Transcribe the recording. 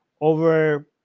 over